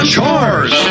chores